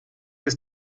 ist